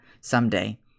someday